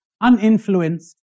uninfluenced